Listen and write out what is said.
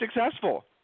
successful